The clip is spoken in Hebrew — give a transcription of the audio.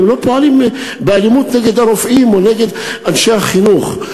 הם לא פועלים באלימות נגד הרופאים או נגד אנשי החינוך.